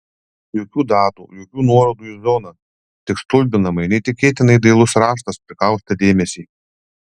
jokių datų jokių nuorodų į zoną tik stulbinamai neįtikėtinai dailus raštas prikaustė dėmesį